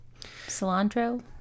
Cilantro